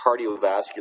cardiovascular